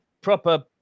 proper